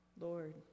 Lord